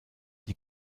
die